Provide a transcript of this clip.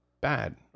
bad